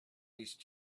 these